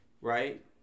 Right